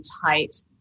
tight